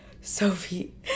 Sophie